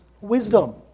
wisdom